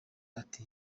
ati